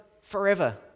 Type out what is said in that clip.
forever